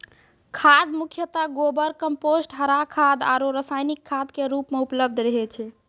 खाद मुख्यतः गोबर, कंपोस्ट, हरा खाद आरो रासायनिक खाद के रूप मॅ उपलब्ध रहै छै